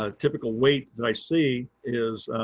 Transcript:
ah typical weight that i see is,